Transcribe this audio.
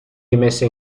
rimessa